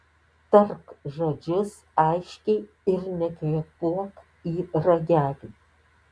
tark žodžius aiškiai ir nekvėpuok į ragelį